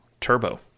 Turbo